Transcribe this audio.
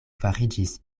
fariĝis